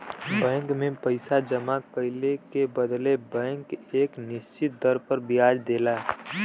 bank में पइसा जमा कइले के बदले बैंक एक निश्चित दर पर ब्याज देला